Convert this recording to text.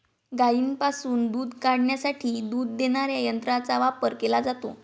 गायींपासून दूध काढण्यासाठी दूध देणाऱ्या यंत्रांचा वापर केला जातो